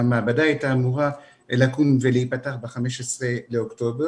המעבדה הייתה אמורה להיפתח ב-15 באוקטובר